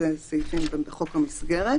אלה סעיפים בחוק המסגרת.